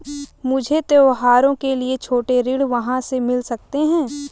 मुझे त्योहारों के लिए छोटे ऋण कहां से मिल सकते हैं?